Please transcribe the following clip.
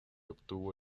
obtuvo